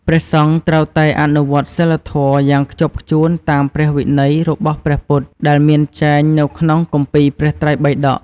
ព្រះសង្ឃត្រូវតែ អនុវត្តសីលធម៌ យ៉ាងខ្ជាប់ខ្ជួនតាម ព្រះវិន័យរបស់ព្រះពុទ្ធ ដែលមានចែងនៅក្នុងគម្ពីរព្រះត្រៃបិដក។